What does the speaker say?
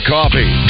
Coffee